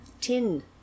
Tin